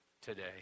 today